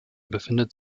befindet